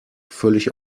völlig